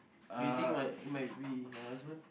do you think might might be her husband